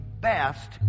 best